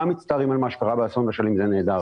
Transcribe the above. מצטערים על מה שקרה באסון אשלים" זה נהדר,